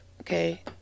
okay